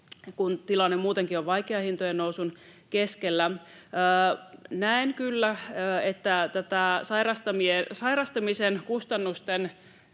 kun tilanne muutenkin on vaikea hintojen nousun keskellä. Näen kyllä, että tätä sairastamisen kustannusten